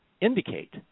indicate